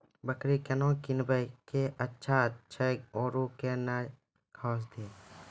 बकरी केना कीनब केअचछ छ औरू के न घास दी?